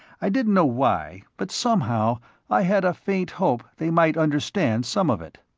i didn't know why, but somehow i had a faint hope they might understand some of it.